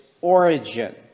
origin